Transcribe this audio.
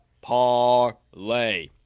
parlay